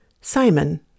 Simon